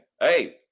Hey